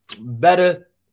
better